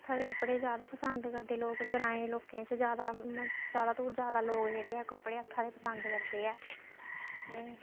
हत्था दे कपड़े जैदा पसंद करदे लोक ग्राएं लोकें च जादा जादा तू जादा लोक जेह्ड़े ऐ कपड़े हत्था दे पसंद करदे ऐ '